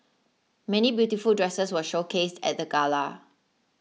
many beautiful dresses were showcased at the gala